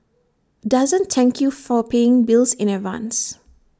doesn't thank you for paying bills in advance